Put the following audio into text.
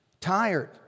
tired